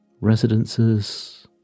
residences